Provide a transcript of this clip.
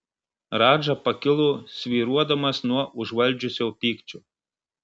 radža pakilo svyruodamas nuo užvaldžiusio pykčio